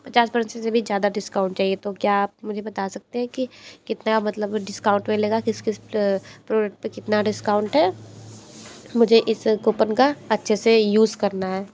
पचास परसेंट से भी ज़्यादा डिस्काउंट चाहिए तो क्या आप मुझे बता सकते हैं कि कितना मतलब डिस्काउंट मिलेगा किस किस प्रोडक्ट पे कितना डिस्काउंट है मुझे इस कूपन का अच्छे से यूज़ करना है